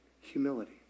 Humility